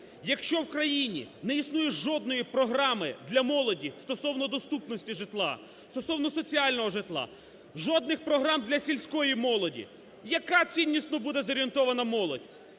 якщо в країні не існує жодної програми для молоді стосовно доступності житла, стосовно соціального житла, жодних програм для сільської молоді, яка ціннісно буде зорієнтована молодь?